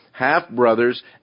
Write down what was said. half-brothers